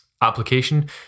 application